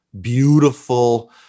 beautiful